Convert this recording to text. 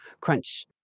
crunch